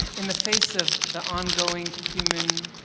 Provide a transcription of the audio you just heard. in the face of the ongoing human,